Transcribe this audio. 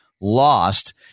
lost